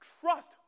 trust